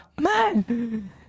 man